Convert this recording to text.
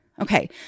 Okay